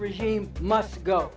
regime must go